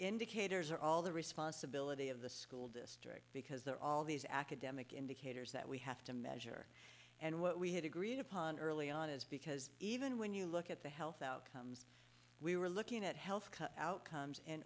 indicators are all the responsibility of the school because there are all these academic indicators that we have to measure and what we had agreed upon early on is because even when you look at the health outcomes we were looking at health outcomes in